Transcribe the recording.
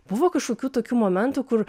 buvo kažkokių tokių momentų kur